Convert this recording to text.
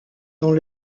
dans